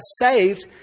saved